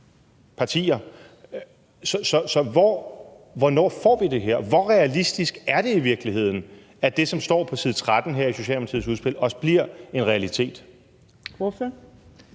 Så hvornår får vi det her? Hvor realistisk er det i virkeligheden, at det, som står på side 13 her i Socialdemokratiets udspil, også bliver en realitet?